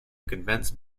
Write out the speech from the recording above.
convince